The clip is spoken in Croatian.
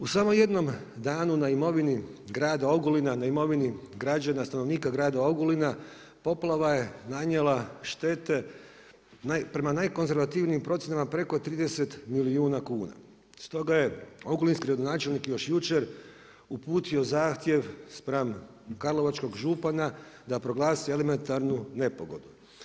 U samo jednom danu na imovini grada Ogulina, na imovini građana stanovnika grada Ogulina, poplava je nanijela štete prema najkonzervativnijim procjenama preko 30 milijuna kuna stoga je ogulinski gradonačelnik još jučer uputio zahtjev spram karlovačkog župana da proglasi elementarnu nepogodu.